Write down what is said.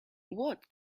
what